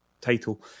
title